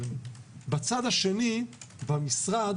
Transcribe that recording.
בצד השני, במשרד